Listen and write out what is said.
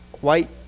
white